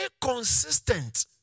consistent